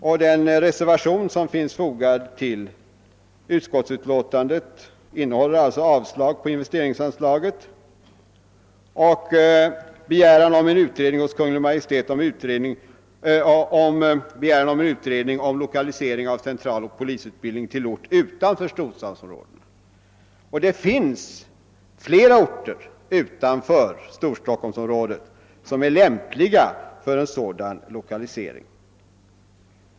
I den reservation som är fogad till utskottsutlåtandet avstyrks investeringsanslaget och begärs en utredning hos Kungl. Maj:t om loka lisering av den centrala polisutbildningen till ort utanför storstadsområdena. Det finns flera orter utanför Storstockholmsområdet som är lämpliga för en sådan lokalisering.